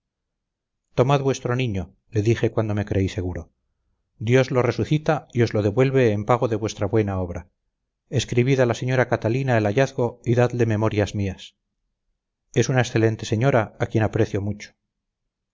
tomad vuestro niño le dije cuando me creí seguro dios lo resucita y os lo devuelve en pago de vuestra buena obra escribid a la señora catalina el hallazgo y dadle memorias mías es una excelente señora a quien aprecio mucho